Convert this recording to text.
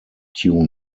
tune